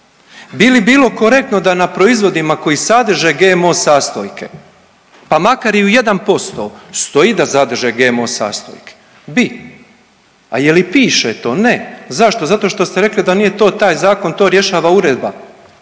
Bi li bilo korektno da na proizvodima koji sadrže GMO sastojke pa makar i u 1% stoji da sadrži GMO sastojke? Bi. Ali je li piše to? Ne. Zašto? Zato što ste rekli da nije to taj zakon, to rješava uredba,